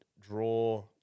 draw